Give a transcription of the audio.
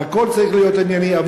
הכול צריך להיות ענייני.